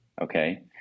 Okay